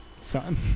son